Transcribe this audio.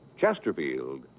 Chesterfield